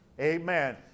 amen